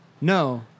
no